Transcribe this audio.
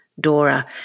Dora